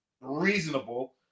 reasonable